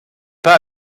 pas